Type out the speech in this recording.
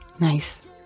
Nice